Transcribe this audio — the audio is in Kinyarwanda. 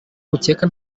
mukeka